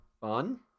Fun